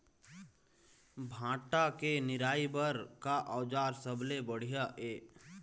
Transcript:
भांटा के निराई बर का औजार सबले बढ़िया ये?